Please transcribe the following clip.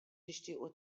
tixtiequ